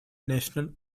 national